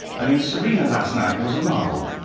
i mean, sirena last night was a marvel,